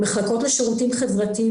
מחלקות לשירותים חברתיים,